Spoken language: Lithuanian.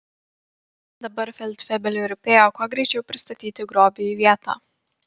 dabar feldfebeliui rūpėjo kuo greičiau pristatyti grobį į vietą